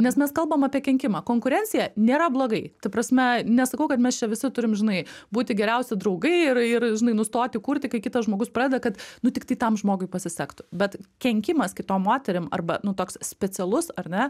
nes mes kalbam apie kenkimą konkurencija nėra blogai ta prasme nesakau kad mes čia visi turim žinai būti geriausi draugai ir ir žinai nustoti kurti kai kitas žmogus pradeda kad nu tiktai tam žmogui pasisektų bet kenkimas kitom moterim arba nu toks specialus ar ne